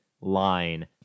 line